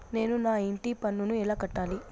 నేను నా ఇంటి పన్నును ఎలా కట్టాలి?